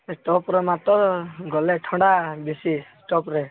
ଟପ୍ରେ ମାତ୍ର ଗଲେ ଥଣ୍ଡା ବେଶି ଟପ୍ରେ